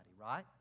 right